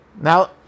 Now